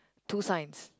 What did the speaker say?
two signs